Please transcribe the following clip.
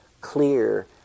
clear